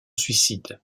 suicide